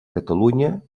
catalunya